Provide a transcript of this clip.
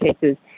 cases